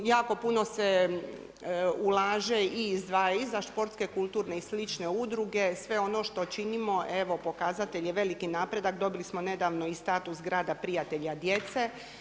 Jako puno se ulaže i izdvaja i za športske, kulturne i slične udruge, sve ono što činimo, evo pokazatelj je veliki napredak, dobili smo nedavno i status Grada prijatelja djece.